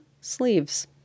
sleeves